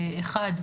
אחד,